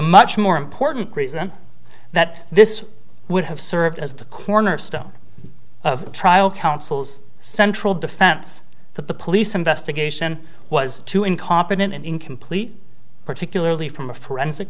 much more important reason that this would have served as the cornerstone of trial counsel's central defense that the police investigation was too incompetent and incomplete particularly from a forensic